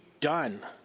done